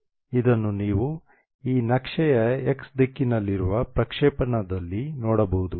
ಇದನ್ನು ನೀವು ಈ ನಕ್ಷೆಯ x ದಿಕ್ಕಿನಲ್ಲಿರುವ ಪ್ರಕ್ಷೇಪಣದಲ್ಲಿ ನೋಡಬಹುದು